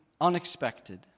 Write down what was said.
unexpected